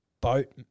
boat